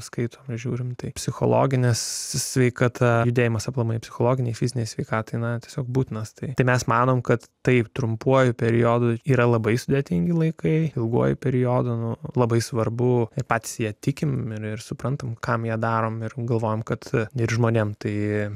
skaitome žiūrime tai psichologinės sveikata judėjimas aplamai psichologinei fizinei sveikatai na tiesiog būtinas tai mes manom kad taip trumpuoju periodu yra labai sudėtingi laikai ilguoju periodu labai svarbu ir patys ja tikime ir suprantame kam ją darome ir galvojame kad ir žmonėms tai